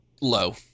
Low